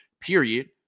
period